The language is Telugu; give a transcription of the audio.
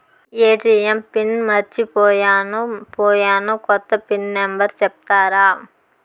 ఎ.టి.ఎం పిన్ మర్చిపోయాను పోయాను, కొత్త పిన్ నెంబర్ సెప్తారా?